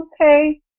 okay